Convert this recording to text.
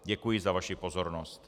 Děkuji za vaši pozornost.